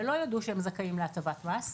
ולא ידעו שהם זכאים להטבת מס.